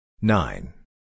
nine